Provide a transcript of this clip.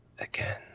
again